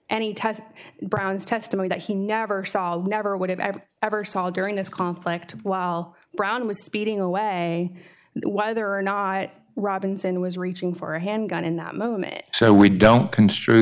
any test brown's testimony that he never saw never would have ever ever saw during this conflict while brown was speeding away whether or not robinson was reaching for a handgun in that moment so we don't construe